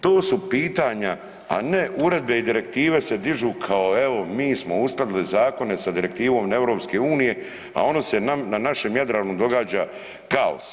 To su pitanja, a ne uredbe i direktive se dižu kao evo mi smo uskladili zakone sa direktivom EU, a ono se na našem Jadranu događa kaos.